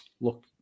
look